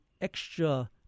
extra